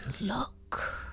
look